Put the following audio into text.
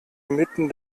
mitten